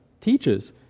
teaches